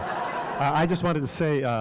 i just wanted to say,